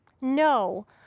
No